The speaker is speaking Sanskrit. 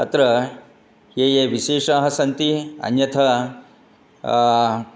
अत्र ये ये विशेषाः सन्ति अन्यथा